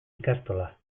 ikastola